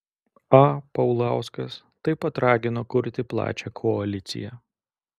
a paulauskas taip pat ragino kurti plačią koaliciją